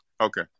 okay